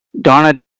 Donna